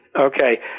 Okay